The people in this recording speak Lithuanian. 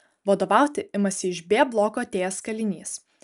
vadovauti imasi iš b bloko atėjęs kalinys